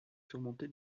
surmontée